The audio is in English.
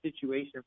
situation